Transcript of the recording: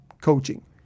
coaching